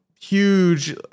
huge